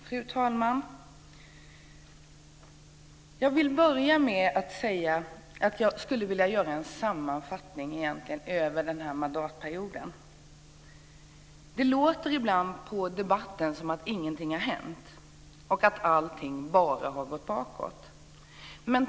Fru talman! Jag vill börja med att göra en sammanfattning över den här mandatperioden. Det låter ibland i debatten som att ingenting har hänt och att allting bara har gått bakåt.